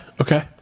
okay